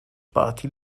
party